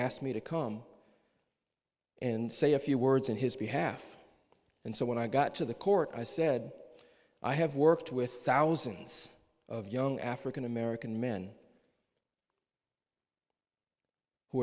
asked me to come and say a few words in his behalf and so when i got to the court i said i have worked with thousands of young african american men who